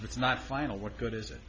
if it's not final what good is it